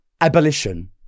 abolition